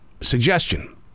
Suggestion